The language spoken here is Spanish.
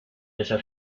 esa